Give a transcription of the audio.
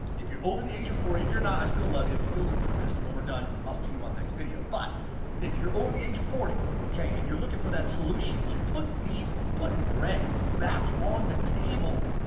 if you're over the age of forty if you're not, i still love you. still listen to this, and when we're done, i'll see you on next video. but if you're over the age of forty and you're looking for that solution, to put these, putting bread back on the table,